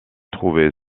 trouver